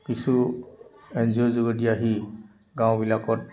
কিছু এন জি অ'ৰ যোগেদি আহি গাঁওবিলাকত